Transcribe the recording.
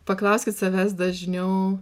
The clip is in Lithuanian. paklauskit savęs dažniau